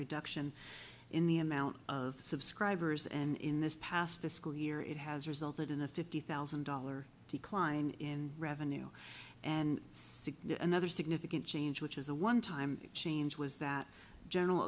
reduction in the amount of subscribers and in this past fiscal year it has resulted in a fifty thousand dollar decline in revenue and six another significant change which is the one time change was that general